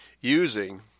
using